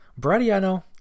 Bradiano